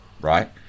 right